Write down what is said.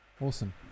Awesome